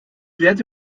werde